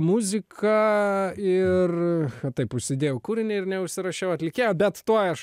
muzika ir taip užsidėjau kūrinį ir neužsirašiau atlikėjo bet tuoj aš